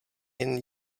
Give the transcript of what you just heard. jen